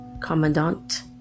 commandant